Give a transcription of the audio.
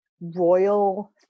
royal